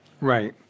Right